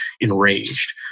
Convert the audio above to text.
enraged